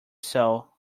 soul